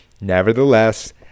nevertheless